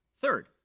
third